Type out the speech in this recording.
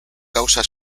ausaz